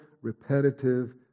repetitive